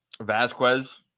Vasquez